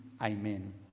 amen